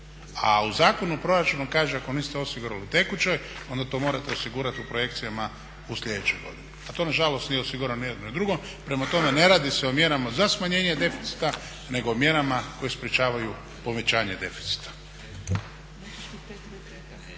A u Zakonu o proračunu kaže ako niste osigurali u tekućoj, onda to morate osigurati u projekcijama u sljedećoj godini, a to na žalost nije osigurano ni u jednom, ni u drugom. Prema tome, ne radi se o mjerama za smanjenje deficita, nego mjerama koje sprječavaju povećanje deficita.